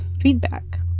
feedback